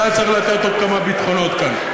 אתה צריך לתת עוד כמה ביטחונות כאן,